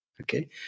okay